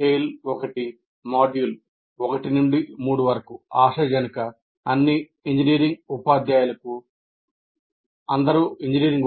TALE 1 module 1 3 ఆశాజనక అన్ని engineering